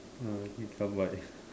uh become white